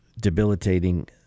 debilitating